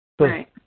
Right